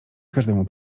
każdemu